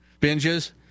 binges